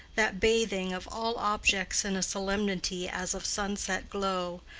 that bathing of all objects in a solemnity as of sun-set glow,